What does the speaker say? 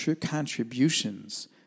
contributions